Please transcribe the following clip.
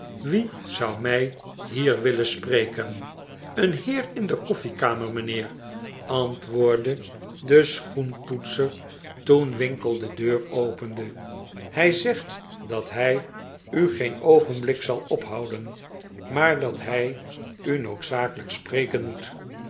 wie zou mij hier willen spreken een heer in de koffiekamer mijnheer antwoordde de schoenpoetser toen winkle een uitd aging de deur opende hij zegt dat hij u geen oogenblik zal ophouden maar dat hij u noodzakelijk spreken moet